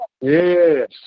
Yes